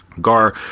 gar